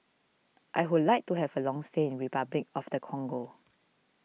I would like to have a long stay in Repuclic of the Congo